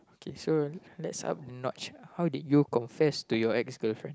K so let's up a notch how did you confess to your ex girlfriend